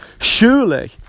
Surely